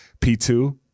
P2